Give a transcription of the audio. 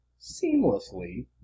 seamlessly